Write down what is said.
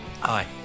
Hi